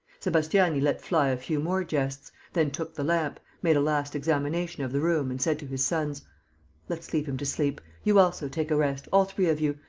sebastiani let fly a few more jests, then took the lamp, made a last examination of the room and said to his sons let's leave him to sleep. you also, take a rest, all three of you.